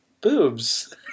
boobs